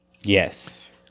Yes